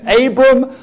Abram